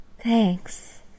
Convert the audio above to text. Thanks